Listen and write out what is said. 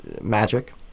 Magic